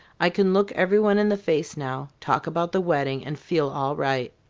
i can look everyone in the face now, talk about the wedding, and feel all right.